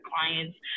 clients